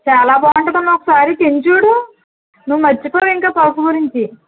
చాలా బాగుంటుందమ్మా ఒకసారి తిని చూడు నువ్వు మర్చిపోవింక పులస గురించి